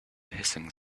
hissing